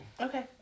Okay